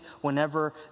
whenever